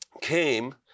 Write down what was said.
came